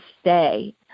stay